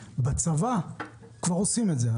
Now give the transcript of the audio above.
בצבא כבר עושים את זה,